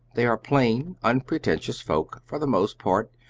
they are plain, unpretentious folk, for the most part,